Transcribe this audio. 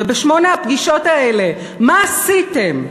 ובשמונה הפגישות האלה מה עשיתם?